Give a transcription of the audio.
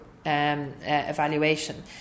evaluation